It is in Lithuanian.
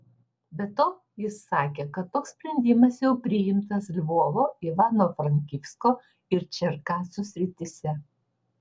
be to jis sakė kad toks sprendimas jau priimtas lvovo ivano frankivsko ir čerkasų srityse